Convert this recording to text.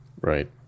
Right